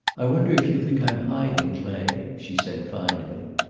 i wonder if you think i'm hiding, clay, she said, finally.